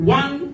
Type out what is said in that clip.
one